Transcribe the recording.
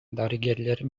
дарыгерлер